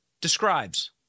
describes